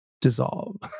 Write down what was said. dissolve